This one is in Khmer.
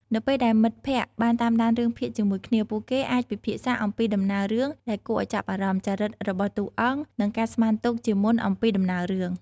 នៅពេលដែលមិត្តភក្តិបានតាមដានរឿងភាគជាមួយគ្នា ពួកគេអាចពិភាក្សាអំពីដំណើររឿងដែលគួរឲ្យចាប់អារម្មណ៍ ចរិតរបស់តួអង្គ និងការស្មានទុកជាមុនអំពីដំណើររឿង។